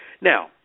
Now